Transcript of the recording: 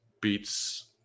beats –